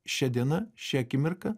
šia diena šia akimirka